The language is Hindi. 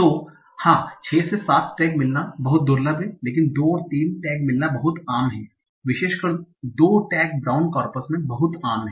तो हाँ 6 से 7 टैग मिलना बहुत दुर्लभ है लेकिन 2 और 3 टैग मिलना बहुत आम है विशेषकर 2 टैग ब्राउन कॉर्पस में बहुत आम हैं